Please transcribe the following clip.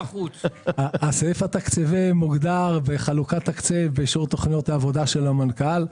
הסעיף התקציבי מוגדר בחלוקת תקציב באישור תוכניות העבודה של המנכ"ל.